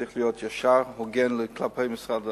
צריך להיות ישר, הוגן כלפי משרד האוצר.